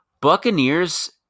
Buccaneers